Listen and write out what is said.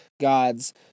God's